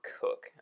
Cook